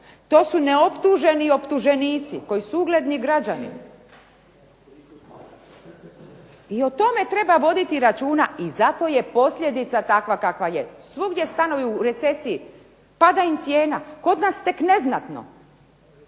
To su neoptuženi i optuženici koji su ugledni građani. I o tome treba voditi računa. I zato je posljedica takva kakva je. Svugdje stanovi u recesiji, pada im cijena, kod nas tek neznatno.